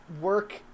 work